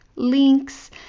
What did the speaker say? Links